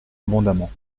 abondamment